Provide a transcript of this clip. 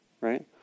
right